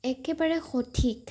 একবাৰে সঠিক